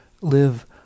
live